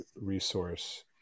resource